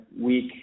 week